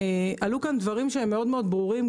ועלו כאן דברים שהם מאוד מאוד ברורים,